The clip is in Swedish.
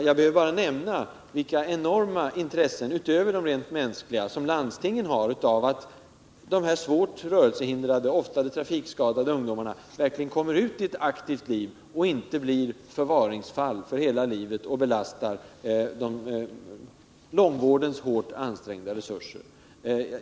Jag behöver bara nämna vilka enorma intressen — utöver de rent mänskliga — som landstingen har av att dessa svårt rörelsehindrade, ofta trafikskadade ungdomar verkligen kommer ut i ett aktivt liv i stället för att bli förvaringsfall för hela livet och belasta långvårdens hårt ansträngda resurser.